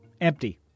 empty